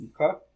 Okay